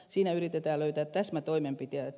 siinä yritetään löytää täsmätoimenpiteitä